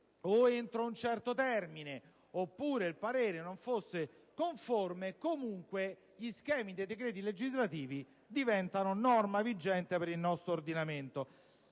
non intervenisse, oppure qualora non fosse conforme, comunque gli schemi dei decreti legislativi diventano norma vigente per il nostro ordinamento.